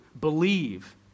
believe